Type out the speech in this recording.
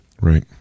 Right